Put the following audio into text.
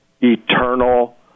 eternal